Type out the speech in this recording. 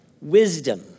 wisdom